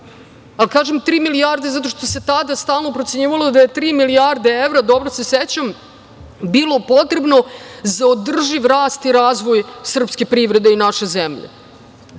Kažem tri milijarde zato što se tada stalno procenjivalo da je tri milijarde evra, dobro se sećam, bilo potrebno za održiv rast i razvoj srpske privrede i naše